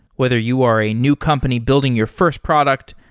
whether you are a new company building your first product,